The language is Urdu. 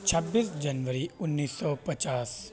چھبیس جنوری انیس سو پچاس